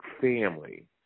family